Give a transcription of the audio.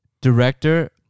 director